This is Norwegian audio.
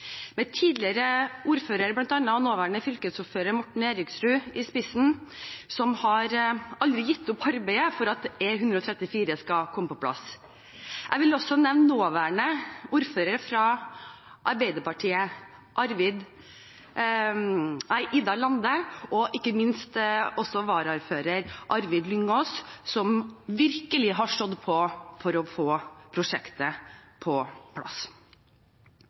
med bl.a. tidligere ordfører, nåværende fylkesordfører, Morten Eriksrød, i spissen, som aldri har gitt opp arbeidet for at E134 skal komme på plass. Jeg vil også nevne nåværende ordfører fra Arbeiderpartiet, Vidar Lande, og ikke minst varaordfører Arvid Lyngås, som virkelig har stått på for å få prosjektet på plass.